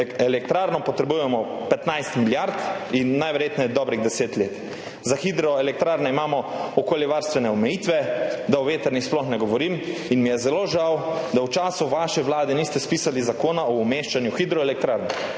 elektrarno potrebujemo 15 milijard in najverjetneje dobrih 10 let, za hidroelektrarne imamo okoljevarstvene omejitve, da o vetrnih sploh ne govorim. Zelo mi je žal, da v času vaše vlade niste spisali zakona o umeščanju hidroelektrarn,